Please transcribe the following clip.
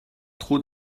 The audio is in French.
trop